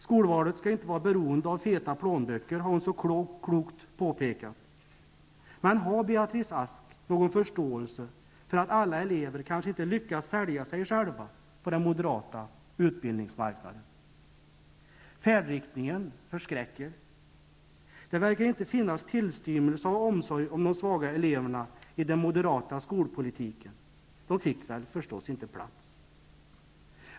Skolvalet skall inte vara beroende av feta plånböcker, har hon så klokt påpekat. Men har Beatrice Ask någon förståelse för att alla elever kanske inte lyckas sälja sig själva på den moderata utbildningsmarknaden? Färdriktningen förskräcker. Det verkar inte finnas tillstymmelse till omsorg om de svaga eleverna i den moderata skolpolitiken. De fick väl förstås inte plats.